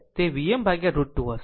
તે Vm√ 2હશે